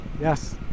Yes